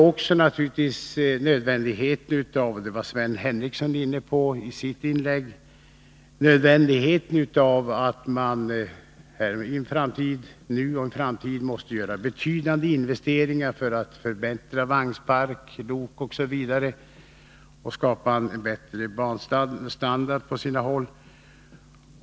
Som Sven Henricsson var inne på i sitt inlägg måste vi då också beakta nödvändigheten av att nu och i framtiden göra betydande investeringar för att förbättra vagnpark, lok osv. och för att skapa en bättre banstandard på sina håll.